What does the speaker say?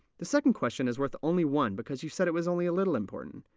the second question is worth only one, because you said it was only a little important.